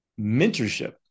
Mentorship